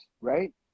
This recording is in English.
Right